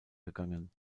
gegangen